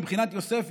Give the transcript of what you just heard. מבחינת יוסף,